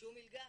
שום מלגה.